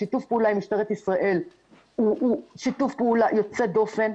שיתוף הפעולה עם משטרת ישראל הוא שיתוף פעולה יוצא דופן.